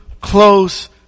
close